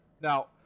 Now